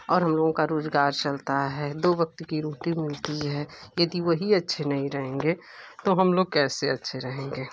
और हम लोग का रोजगार चलता है दो वक्त की रोटी मिलती है यदि वही अच्छे नहीं रहेंगे तो हम लोग कैसे अच्छे रहेंगे